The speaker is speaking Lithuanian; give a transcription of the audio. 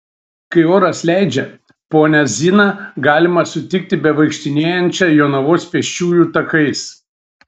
kai oras leidžia ponią ziną galima sutikti bevaikštinėjančią jonavos pėsčiųjų takais